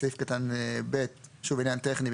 בסעיף קטן (ב) שוב, עניין טכני: